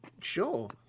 Sure